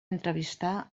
entrevistar